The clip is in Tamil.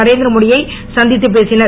நரேந்திரமோடி யை சந்தித்து பேசினர்